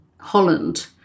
Holland